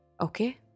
Okay